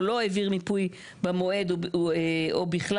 או לא העביר מיפוי במועד או בכלל,